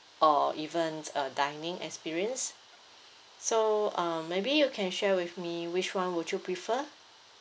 or even uh dining experience so um maybe you can share with me which [one] would you prefer